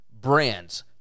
brands